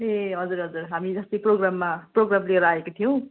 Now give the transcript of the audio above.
ए हजुर हजुर हामी अस्ति प्रोग्राममा प्रोग्राम लिएर आएका थियौँ